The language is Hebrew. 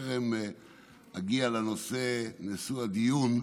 בטרם אגיע לנושא הדיון,